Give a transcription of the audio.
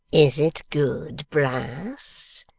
is it good, brass,